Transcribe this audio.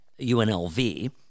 UNLV